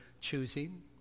choosing